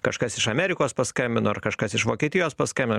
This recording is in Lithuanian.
kažkas iš amerikos paskambino ar kažkas iš vokietijos paskambino